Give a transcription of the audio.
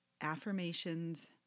affirmations